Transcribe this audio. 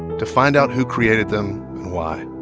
to find out who created them and why